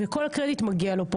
כל הקרדיט מגיע לו.